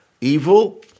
evil